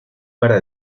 para